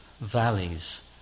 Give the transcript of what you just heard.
valleys